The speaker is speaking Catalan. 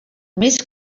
més